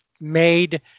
made